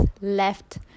left